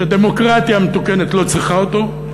שדמוקרטיה מתוקנת לא צריכה אותו,